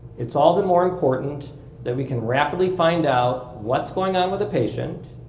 it's all the more important that we can rapidly find out what's going on with the patient,